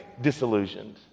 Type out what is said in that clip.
disillusioned